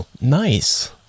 Nice